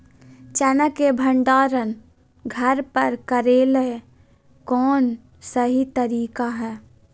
चना के भंडारण घर पर करेले कौन सही तरीका है?